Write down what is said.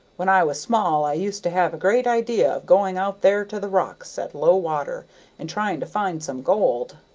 when i was small i used to have a great idea of going out there to the rocks at low water and trying to find some gold,